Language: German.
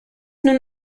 nun